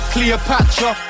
Cleopatra